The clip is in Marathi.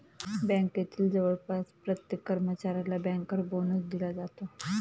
बँकेतील जवळपास प्रत्येक कर्मचाऱ्याला बँकर बोनस दिला जातो